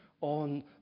on